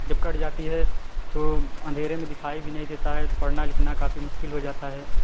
जब कट जाती है तो अंधेरे में दिखाई भी नहीं देता है तो पढ़ना लिखना काफ़ी मुश्किल हो जाता है